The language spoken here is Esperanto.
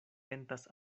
tentas